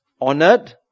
honored